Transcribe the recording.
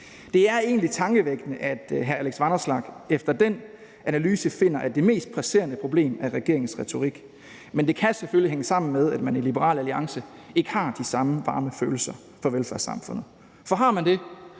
Det er egentlig tankevækkende, at hr. Alex Vanopslagh efter den analyse finder, at det mest presserende problem er regeringens retorik. Men det kan selvfølgelig hænge sammen med, at man i Liberal Alliance ikke har de samme varme følelser for velfærdssamfundet. For har man det,